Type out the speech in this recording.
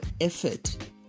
effort